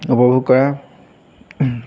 উপভোগ কৰা